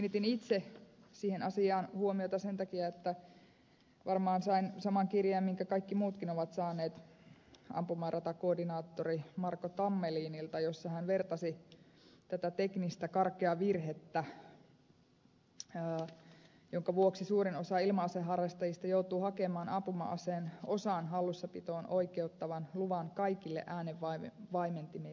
kiinnitin itse siihen asiaan huomiota sen takia että varmaan sain saman kirjeen minkä kaikki muutkin ovat saaneet ampumaratakoordinaattori marko tammelinilta jossa hän vertasi tätä teknistä karkeaa virhettä jonka vuoksi suurin osa ilma aseharrastajista joutuu hakemaan ampuma aseen osan hallussapitoon oikeuttavan luvan kaikille äänenvaimentimilleen